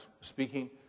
speaking